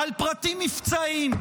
על פרטים מבצעיים.